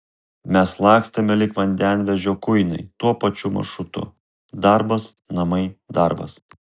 mes lakstėme lyg vandenvežio kuinai tuo pačiu maršrutu darbas namai darbas